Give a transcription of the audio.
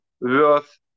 worth